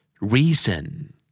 Reason